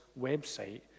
website